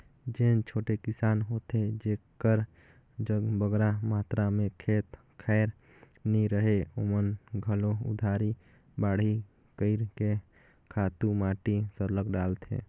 जेन छोटे किसान होथे जेकर जग बगरा मातरा में खंत खाएर नी रहें ओमन घलो उधारी बाड़ही कइर के खातू माटी सरलग डालथें